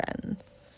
friends